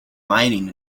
mining